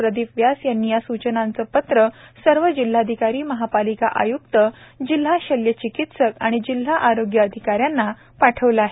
प्रदीप व्यास यांनी या सूचनांचे पत्र सर्व जिल्हाधिकारी महापालिका आय्क्त जिल्हा शल्यचिकित्सक जिल्हा आरोग्य अधिकाऱ्यांना पाठविले आहे